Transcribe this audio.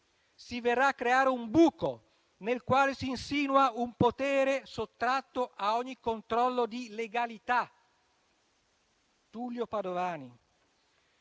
si verrà a creare un buco nel quale si insinua un potere sottratto a ogni controllo di legalità. In sostanza,